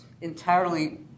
entirely